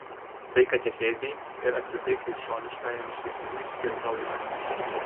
tai katechezei ir apskritai krikščioniškajam švietimui skirta laida